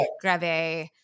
Grave